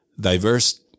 diverse